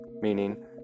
meaning